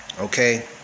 okay